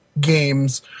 games